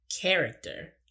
Character